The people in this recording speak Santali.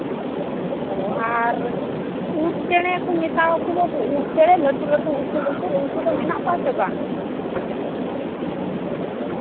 ᱚ ᱟᱨ ᱩᱸᱴ ᱪᱮᱬᱮ ᱠᱚ ᱢᱮᱛᱟᱣᱟᱠᱚ ᱵᱟᱵᱩ ᱩᱸᱴ ᱪᱮᱬᱮ ᱞᱟᱹᱴᱩ ᱞᱟᱹᱴᱩ ᱩᱥᱩᱞ ᱩᱥᱩᱞ ᱩᱱᱠᱩ ᱫᱚ ᱢᱮᱱᱟᱜ ᱠᱚᱣᱟ ᱥᱮ ᱵᱟᱝ